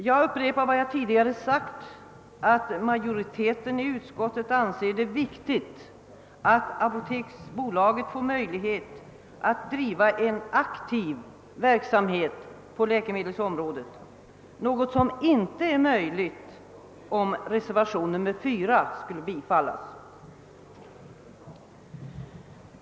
Jag upprepar vad jag tidigare sagt, nämligen att majoriteten i utskottet anser det viktigt, att apoteksbolaget får möjlighet att driva en aktiv verksamhet på läkemedelsområdet, något som inte är möjligt om reservationen 4 skulle bifallas.